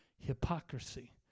hypocrisy